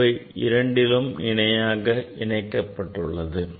இது இவை இரண்டிற்கும் இணையாக இணைக்கப்பட்டுள்ளது